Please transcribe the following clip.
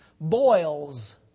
Boils